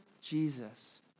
Jesus